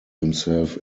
himself